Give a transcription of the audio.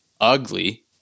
ugly